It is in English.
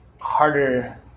harder